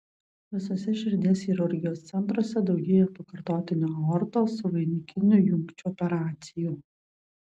visuose širdies chirurgijos centruose daugėja pakartotinių aortos vainikinių jungčių operacijų